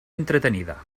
entretenida